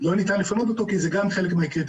לא ניתן לפנות אותו כי זה גם חלק מהקריטריונים.